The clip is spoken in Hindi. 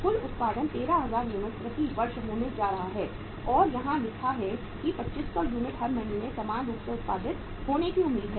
कुल उत्पादन 13000 यूनिट प्रति वर्ष होने जा रहा है और यहां लिखा है कि 2500 यूनिट हर महीने समान रूप से उत्पादित होने की उम्मीद है